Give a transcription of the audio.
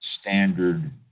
standard